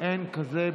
אין כזה.